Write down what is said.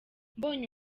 mbonye